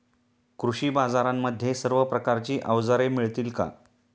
कृषी बाजारांमध्ये सर्व प्रकारची अवजारे मिळतील का?